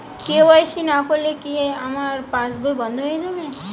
KYC না করলে কি আমার পাশ বই বন্ধ হয়ে যাবে?